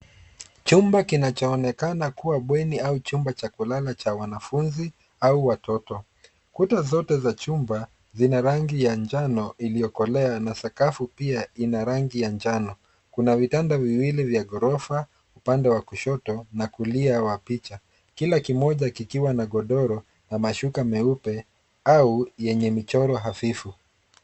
Chumba kinachoonekana kubwa bweni so chumba cha kulala cha wanafunzi au watoto. Kuta zote za chumba zina rangi ya njano iliyokolea na sakafu pia ina rangi ya njano. Kuna vitanda viwili vya ghorofa upande wa kushoto na kulia wa picha, kila kimoja kikiwa na magodoro na mashuka meupe au yenye michoro hafifu.